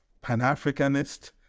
Pan-Africanist